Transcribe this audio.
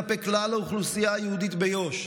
כלפי כלל האוכלוסייה היהודית ביו"ש.